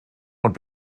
und